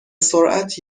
سرعت